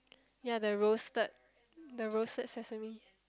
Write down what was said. ya the roasted the roasted sesame